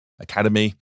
academy